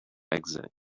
exit